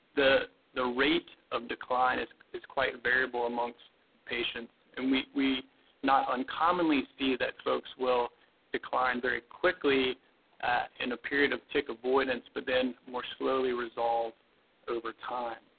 the the rate of decline is is quite variable amongst patients and we we not uncommonly see that folks will decline very quickly in a period of tick avoidance, but then more slowly resolve over time.